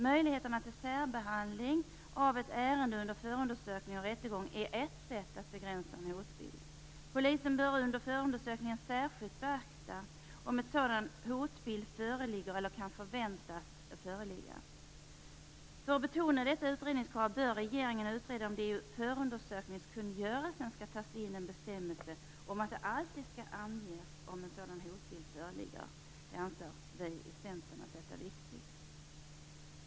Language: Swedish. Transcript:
Möjligheterna till särbehandling av ett ärende under förundersökning och rättegång är ett sätt att begränsa en hotbild. Polisen bör under förundersökningen särskilt beakta om en sådan hotbild föreligger eller kan förväntas föreligga. För att betona detta utredningskrav bör regeringen utreda om det i förundersökningskungörelsen skall tas in en bestämmelse om att det alltid skall anges om en sådan hotbild föreligger. Vi i Centern anser att detta är viktigt.